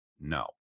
No